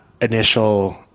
initial